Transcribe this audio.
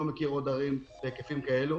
אני לא מכיר עוד ערים בהיקפים כאלה.